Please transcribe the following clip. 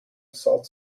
assault